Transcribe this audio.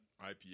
IPA